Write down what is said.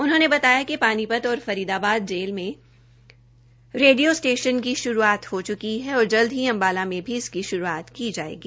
उन्होंने बताया कि पानीपत और फरीदाबाद जेल में रेडियो स्टेशन की श्रूआत हो च्की है और जल्द ही अम्बाला में भी इसकी श्रूआत की जायेगी